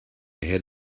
hit